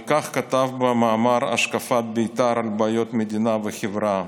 על כך כתב במאמר "רעיון בית"ר" על בעיות מדינה וחברה: